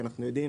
אנחנו יודעים